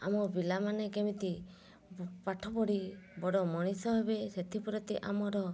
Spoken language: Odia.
ଆମ ପିଲାମାନେ କେମିତି ପାଠପଢ଼ି ବଡ଼ ମଣିଷ ହେବେ ସେଥିପ୍ରତି ଆମର